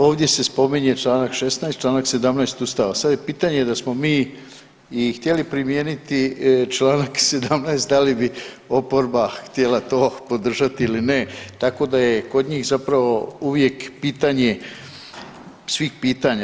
Ovdje se spominje čl. 16., čl. 17. ustava, sad je pitanje da smo mi i htjeli primijeniti čl. 17. da li bi oporba htjela to podržati ili ne, tako da je kod njih zapravo uvijek pitanje svih pitanja.